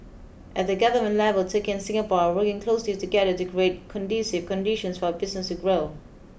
at the government level Turkey and Singapore are working closely together to create conducive conditions for our business to grow